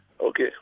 okay